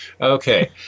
okay